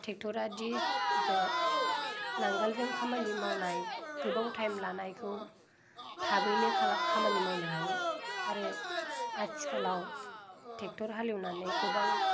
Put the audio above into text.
ट्रेक्ट'रा दि जा नांगोलजों खामानि मावनाय गोबाव टाइम लानायखौ थाबैनो खामानि मावनो हायो आरो आथिखालाव ट्रेक्ट'र हालेवनानै गोबां